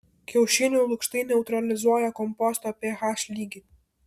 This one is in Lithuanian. kiaušinių lukštai neutralizuoja komposto ph lygį